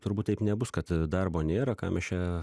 turbūt taip nebus kad darbo nėra ką mes čia